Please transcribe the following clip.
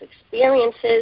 experiences